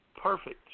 perfect